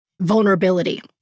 vulnerability